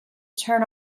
turn